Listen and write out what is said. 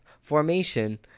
formation